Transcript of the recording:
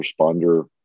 responder